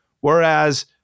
Whereas